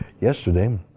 yesterday